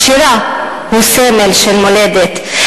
בשירה הוא סמל של מולדת,